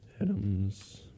Adams